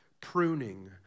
pruning